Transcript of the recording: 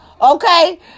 okay